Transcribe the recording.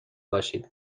باشید